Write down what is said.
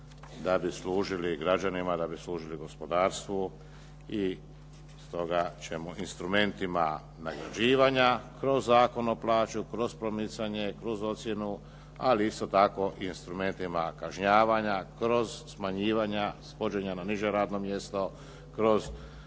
da bi služili građanima, da bi služili gospodarstvu i stoga ćemo instrumentima nagrađivanja kroz Zakon o plaćama, kroz promicanje, kroz ocjenu ali isto tako instrumentima kažnjavanja, kroz smanjivanja, svođenja na niže radno mjesto, kroz